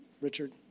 Richard